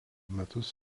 metus